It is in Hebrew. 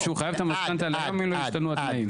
שהם חייבים את המשכנתא להיום אם לא ישתנו התנאים.